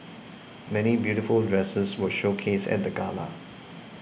many beautiful dresses were showcased at the gala